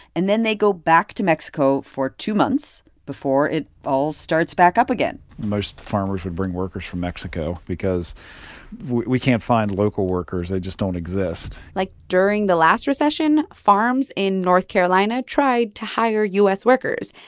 and then they go back to mexico for two months before it all starts back up again most farmers would bring workers from mexico because we can't find local workers they just don't exist like, during the last recession, farms in north carolina tried to hire u s. workers.